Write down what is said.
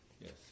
Yes